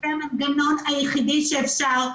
זה המנגנון היחידי שאפשר.